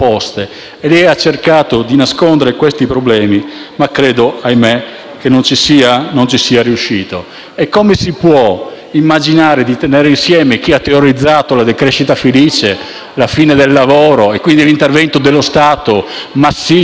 ha cercato di nascondere questi problemi, ma credo che - ahimè - non ci sia riuscito. E come si può immaginare di tenere insieme chi ha teorizzato la decrescita felice, la fine del lavoro e quindi l'intervento dello Stato massiccio